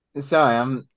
Sorry